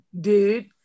dude